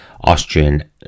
austrian